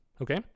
okay